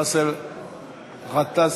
באסל גטאס,